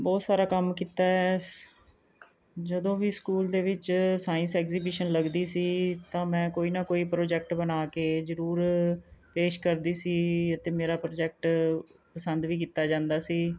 ਬਹੁਤ ਸਾਰਾ ਕੰਮ ਕੀਤਾ ਹੈ ਸ ਜਦੋਂ ਵੀ ਸਕੂਲ ਦੇ ਵਿੱਚ ਸਾਇੰਸ ਐਗਜੀਬਿਸ਼ਨ ਲੱਗਦੀ ਸੀ ਤਾਂ ਮੈਂ ਕੋਈ ਨਾ ਕੋਈ ਪ੍ਰੋਜੈਕਟ ਬਣਾ ਕੇ ਜ਼ਰੂਰ ਪੇਸ਼ ਕਰਦੀ ਸੀ ਅਤੇ ਮੇਰਾ ਪ੍ਰੋਜੈਕਟ ਪਸੰਦ ਵੀ ਕੀਤਾ ਜਾਂਦਾ ਸੀ